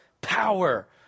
power